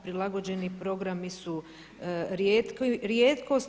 Prilagođeni programi su rijetkost.